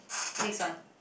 next one